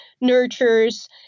nurtures